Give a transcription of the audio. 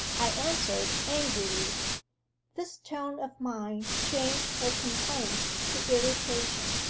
i answered angrily this tone of mine changed her complaints to irritation.